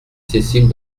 cécile